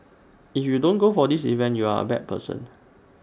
if you don't go for this event you're A bad person